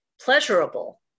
pleasurable